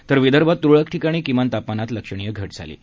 तर विदर्भात तुरळक ठिकाणी किमान तापमानात लक्षणीय घट झाली आहे